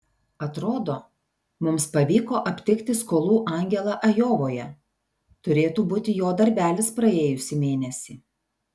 atrodo mums pavyko aptikti skolų angelą ajovoje turėtų būti jo darbelis praėjusį mėnesį